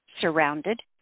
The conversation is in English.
surrounded